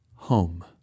home